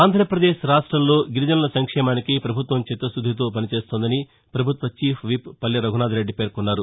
ఆంధ్రాపదేశ్ రాష్ట్రంలో గిరిజనుల సంక్షేమానికి ప్రభుత్వం చిత్తశుద్దితో పనిచేస్తోందని పభుత్వ చీఫ్విప్ పల్లె రఘునాథరెడ్డి పేర్కొన్నారు